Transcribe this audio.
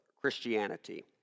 Christianity